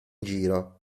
giro